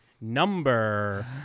number